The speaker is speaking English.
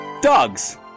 Dogs